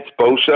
Bosa